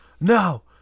no